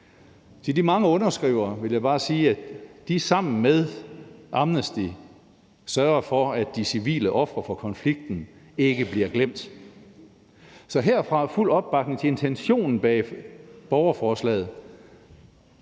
Til de mange underskrivere vil jeg bare sige, at de sammen med Amnesty sørger for, at de civile ofre for konflikten ikke bliver glemt. Så herfra er der fuld opbakning til intentionen bag borgerforslaget.